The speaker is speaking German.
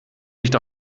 nicht